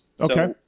okay